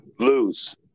lose